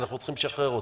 אנחנו צריכים לשחרר אותו.